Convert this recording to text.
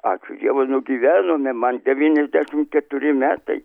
ačiū dievui nugyvenome man devyniasdešimt keturi metai